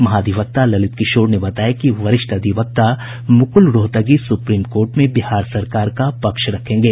महाधिवक्ता ललित किशोर ने बताया कि वरिष्ठ अधिवक्ता मुकुल रोहतगी सुप्रीम कोर्ट में बिहार सरकार का पक्ष रखेंगे